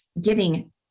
giving